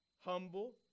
Humble